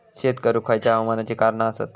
शेत करुक खयच्या हवामानाची कारणा आसत?